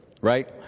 right